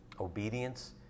Obedience